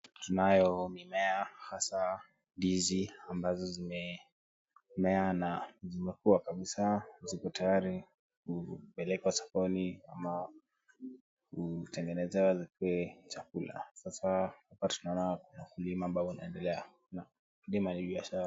Tunayo mimea hasa ndizi, ambazo zimemea na zimekua kabisa ziko tayari kupelekwa sokoni ama kutengenezwa zikuwe chakula. Sasa hapa tunaona kuna ukulima ambao unaendelea, na ka si ukulima ni biashara.